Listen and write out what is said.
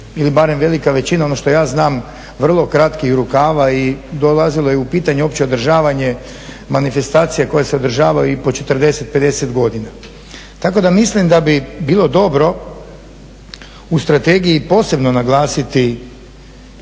ili barem velika većina ono što ja znam, vrlo kratkih rukava i dolazilo je u pitanje uopće održavanje manifestacije koje se održavaju i po 40, 50 godina. Tako da mislim da bi bilo dobro u strategiji posebno naglasiti